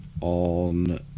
on